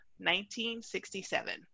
1967